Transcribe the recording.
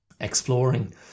exploring